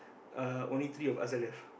uh only three of us are left